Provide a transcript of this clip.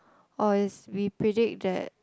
or is we predict that